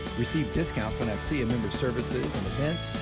receive discounts on afcea member services and events,